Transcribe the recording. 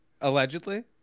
Allegedly